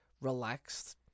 relaxed